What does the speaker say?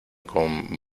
con